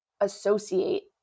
associate